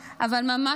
אבל ממש,